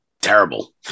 terrible